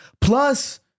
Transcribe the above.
plus